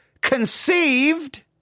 conceived